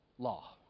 law